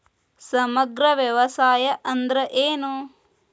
ಸಮಗ್ರ ವ್ಯವಸಾಯ ಅಂದ್ರ ಏನು?